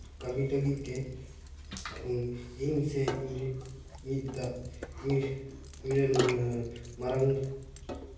ᱠᱟᱹᱢᱤ ᱞᱟᱹᱜᱤᱫ ᱜᱮ ᱤᱧ ᱥᱮ ᱢᱤᱫ ᱤᱧ ᱨᱮᱱ ᱢᱟᱨᱟᱝ